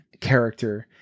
character